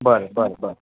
बरं बरं बरं